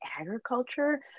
agriculture